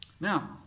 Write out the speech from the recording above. Now